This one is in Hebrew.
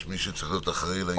יש מי שצריך להיות אחראי על העניין.